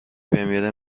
بمیره